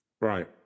Right